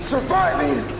Surviving